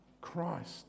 Christ